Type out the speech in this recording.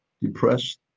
depressed